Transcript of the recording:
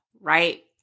right